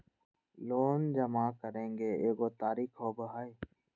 Loan जमा करेंगे एगो तारीक होबहई?